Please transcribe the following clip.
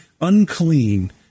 unclean